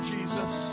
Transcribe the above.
Jesus